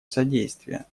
содействие